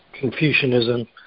Confucianism